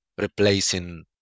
replacing